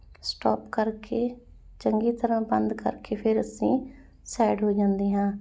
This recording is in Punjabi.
ਸਟੋਪ ਕਰਕੇ ਚੰਗੀ ਤਰ੍ਹਾਂ ਬੰਦ ਕਰਕੇ ਫਿਰ ਅਸੀਂ ਸਾਈਡ ਹੋ ਜਾਂਦੇ ਹਾਂ